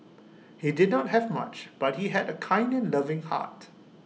he did not have much but he had A kind and loving heart